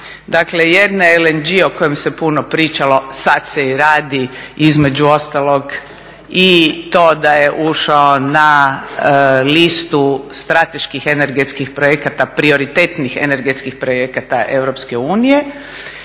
Dakle, jedan LNG o kojem se puno pričalo sad se i radi, između ostalog i to da je ušao na listu strateških energetskih projekata, prioritetnih energetskih projekata EU. I u